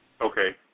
Okay